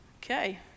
Okay